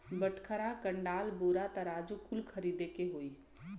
बटखरा, कंडाल, बोरा, तराजू कुल खरीदे के होई